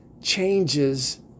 changes